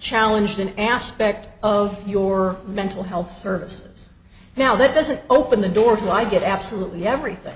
challenged an aspect of your mental health services now that doesn't open the door why get absolutely everything